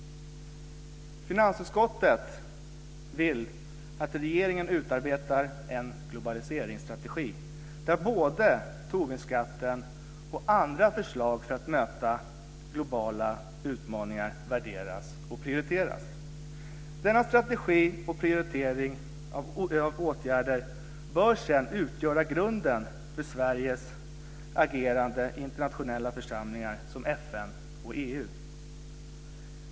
Finansutskottet vill att regeringen utarbetar en globaliseringsstrategi där både Tobinskatten och andra förslag för att möta växande globala utmaningar värderas och prioriteras. Denna strategi och prioritering av åtgärder bör sedan utgöra grunden för Sveriges agerande i internationella församlingar som FN och EU.